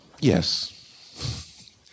Yes